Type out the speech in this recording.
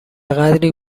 قدری